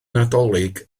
nadolig